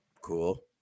Cool